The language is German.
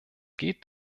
geht